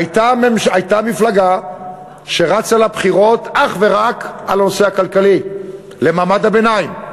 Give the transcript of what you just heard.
הייתה מפלגה שרצה לבחירות אך ורק על הנושא הכלכלי של מעמד הביניים,